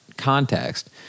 Context